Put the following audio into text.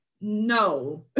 No